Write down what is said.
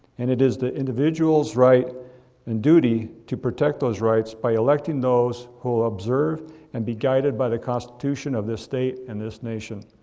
and it is the individual's right and duty to protect those rights by electing those who observe and be guided by the constitution of this state and this nation.